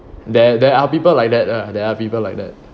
there there are people like that ah there are people like that